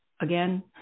again